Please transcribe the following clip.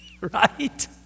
Right